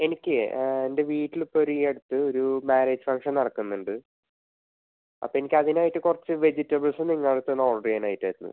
എനിക്ക് എൻ്റെ വീട്ടിലിപ്പോൾ ഈ അടുത്ത് ഒരു മാരിയേജ് ഫങ്ഷൻ നടുക്കുന്നുണ്ട് അപ്പം എനിക്ക് അതിനായിട്ട് കുറച്ച് വെജിറ്റെബിൾസ് നിങ്ങടടുത്തൂന്ന് ഓഡറ് ചെയ്യാനായിട്ടായിരുന്നു